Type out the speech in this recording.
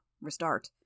Restart